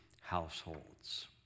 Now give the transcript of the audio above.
households